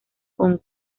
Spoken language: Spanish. con